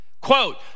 Quote